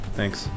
Thanks